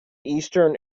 eastern